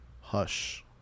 hush